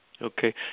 Okay